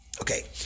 Okay